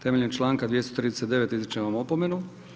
Temeljem čl. 239. izričem vam opomenu.